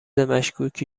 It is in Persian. مشکوکی